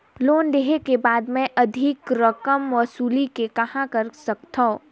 Loan लेहे के बाद मे अधिक रकम वसूले के कहां कर सकथव?